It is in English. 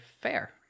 fair